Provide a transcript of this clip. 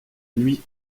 nuit